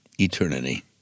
eternity